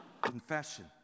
Confession